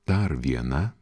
dar viena